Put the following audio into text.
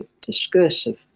discursive